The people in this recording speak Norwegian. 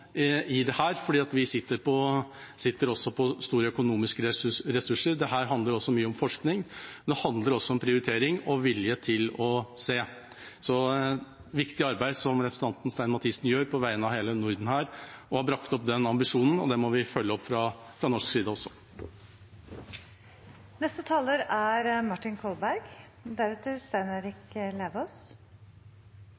her, for vi sitter også på store økonomiske ressurser. Dette handler mye om forskning, men det handler også om prioritering og vilje til å se. Det er et viktig arbeid representanten Stein Mathisen her gjør på vegne av hele Norden, og i å ha brakt fram den ambisjonen, og det må vi følge opp også fra norsk side. Først bare en merknad til det representanten Elvenes sa i sitt innlegg: Det er